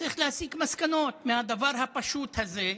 צריך להסיק מסקנות מהדבר הפשוט הזה: